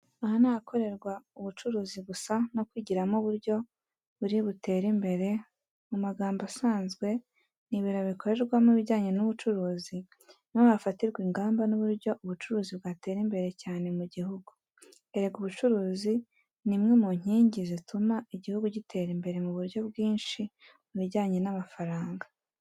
Aha nahakorerwa ubucuruzi gusa nokwigiramo uburyo buri butere imbere mumagambo asnzwe nibiru bikorerwamo ibijyanye n,ubucuruzi niho hafatirwa ingamba nhburyo ubucuruzi bwatera imbere cyane mugihugu erega ubucuruzi nimwe munkingi zituma igihugu gitera imbere muburyo bwi nshi mubijya namafaranga.